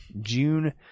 June